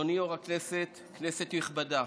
אדוני יו"ר הישיבה, כנסת נכבדה,